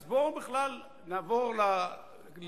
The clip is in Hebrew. אז בואו בכלל נעבור לשיטת,